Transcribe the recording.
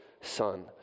son